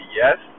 yes